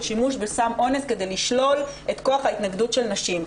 שימוש בסם אונס כדי לשלול את כוח ההתנגדות של נשים.